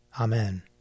Amen